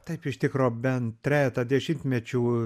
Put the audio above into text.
taip iš tikro bent trejetą dešimtmečių